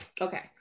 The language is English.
okay